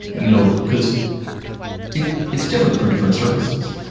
you know because it's it's different for different services,